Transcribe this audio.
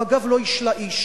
הוא, אגב, לא השלה איש.